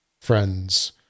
friends